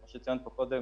כמו שצוין פה קודם,